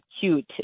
cute